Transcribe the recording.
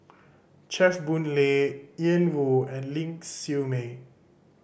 Chew Boon Lay Ian Woo and Ling Siew May